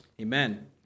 Amen